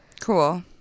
Cool